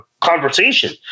conversation